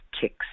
kicks